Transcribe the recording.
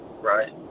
Right